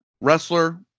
wrestler